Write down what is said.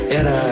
era